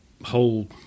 whole